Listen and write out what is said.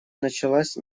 началась